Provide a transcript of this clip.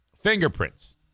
fingerprints